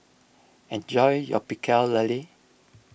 enjoy your Pecel Lele